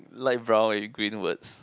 Light Brown with Green words